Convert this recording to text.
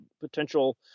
potential